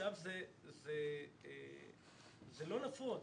זה לא נפוץ.